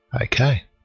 Okay